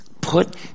Put